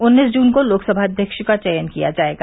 उन्नीस जुन को लोकसभा अध्यक्ष का चयन किया जाएगा